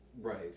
Right